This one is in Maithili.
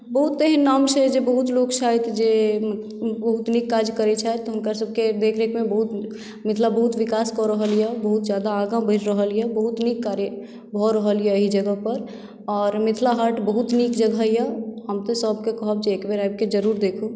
बहुत एहन नाम छै जे बहुत लोक छथि जे बहुत नीक काज करैत छथि हुनकर सभकेँ देख रेखमे बहुत मिथिला बहुत विकास कऽ रहल यए मिथिला बहुत ज्यादा आगाँ बढ़ि रहल यए बहुत नीक कार्य भऽ रहल यए एहि जगहपर आओर मिथिला हाट बहुत नीक जगह यए हम तऽ सभकेँ कहब एक बेर आबि कऽ जरूर देखू